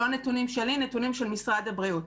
אלה לא נתונים שלי, אלא נתונים של משרד הבריאות.